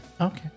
Okay